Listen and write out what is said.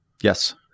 yes